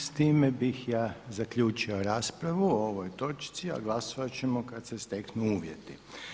S time bih ja zaključio raspravu o ovoj točci, a glasovat ćemo kada se steknu uvjeti.